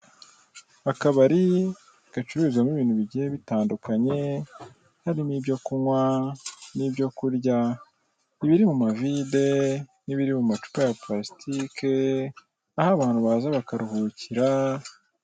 Akabari gacururizwamo ibintu bigiye bitandukanye harimo ibyo kunkwa nibyo kurya ibiri mumavide nibiri mumacupa ya purasitike aho abantu baza bakaruhukira.